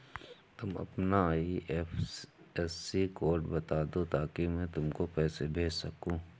तुम अपना IFSC code बता दो ताकि मैं तुमको पैसे भेज सकूँ